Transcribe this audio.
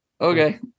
Okay